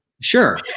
Sure